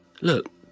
Look